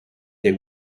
the